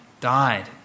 died